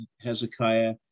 Hezekiah